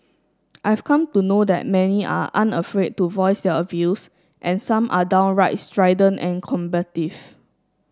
I've come to know that many are unafraid to voice their views and some are downright strident and combative